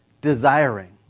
desiring